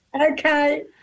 Okay